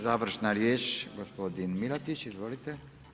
Završna riječ gospodin Milatić, izvolite.